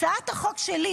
הצעת החוק שלי